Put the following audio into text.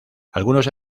algunos